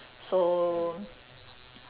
so